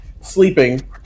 sleeping